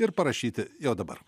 ir parašyti jau dabar